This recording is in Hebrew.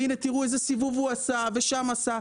והינה, תראו איזה סיבוב הוא עשה, ושם עשה.